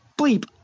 bleep